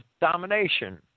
domination